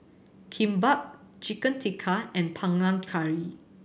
Kimbap Chicken Tikka and Panang Curry